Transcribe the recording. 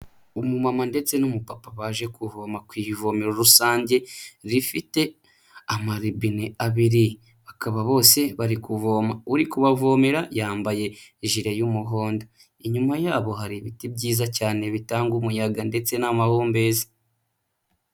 Umuma ndetse n'umupapa baje kuvoma ku ivomero rusange rifite amarobine abiri, bakaba bose bari kuvoma, uri kubavomera yambaye ijile y'umuhondo, inyuma yabo hari ibiti byiza cyane bitanga umuyaga ndetse n'amahumbeza.